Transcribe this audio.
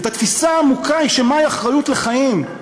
את התפיסה העמוקה של מהי אחריות לחיים,